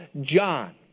John